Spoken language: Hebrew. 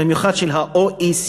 במיוחד של ה-OECD,